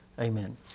Amen